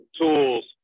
tools